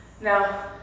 Now